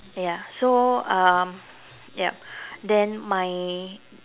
ya so um ya then my